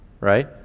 right